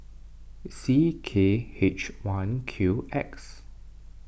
C K H one Q X